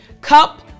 cup